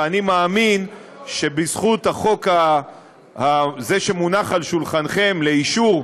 ואני מאמין שבזכות חוק זה שמונח על שולחנכם לאישור,